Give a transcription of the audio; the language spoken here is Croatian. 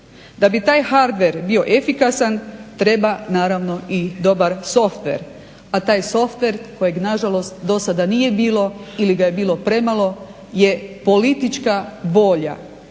Da bi taj hardver bio efikasan treba naravno i dobar softver, a taj softver kojeg nažalost do sada nije bilo ili ga je bilo premalo je politička volja,